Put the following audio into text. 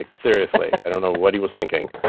ah seriously. i don't know what he was thinking.